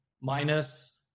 minus